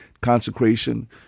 consecration